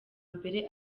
mbere